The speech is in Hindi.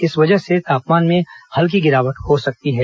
इस वजह से तापमान में हल्की गिरावट हो सकती है